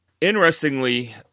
Interestingly